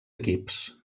equips